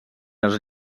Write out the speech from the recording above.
els